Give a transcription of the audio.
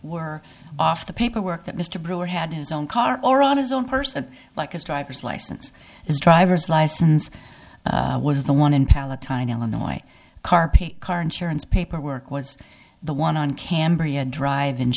were off the paperwork that mr brewer had his own car or on his own person like his driver's license his driver's license was the one in palatine illinois car pay car insurance paperwork was the one on cambria drive in